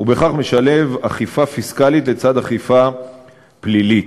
ובכך משלב אכיפה פיסקלית לצד אכיפה פלילית.